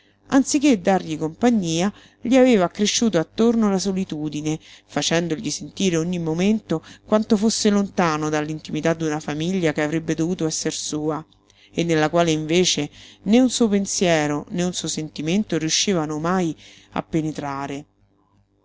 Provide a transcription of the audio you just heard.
anziché dargli compagnia gli aveva accresciuto attorno la solitudine facendogli sentire ogni momento quanto fosse lontano dall'intimità d'una famiglia che avrebbe dovuto esser sua e nella quale invece né un suo pensiero né un suo sentimento riuscivano mai a penetrare